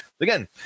Again